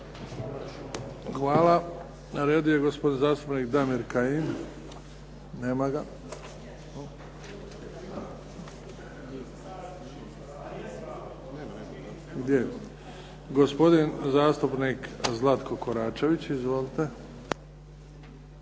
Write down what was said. Hvala. Na redu je gospodin zastupnik Damir Kajin. Nema ga. Gospodin zastupnik Zlatko Koračević. Izvolite.